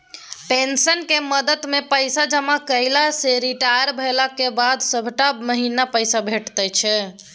पेंशनक मदमे पैसा जमा कएला सँ रिटायर भेलाक बाद सभटा महीना पैसे भेटैत छै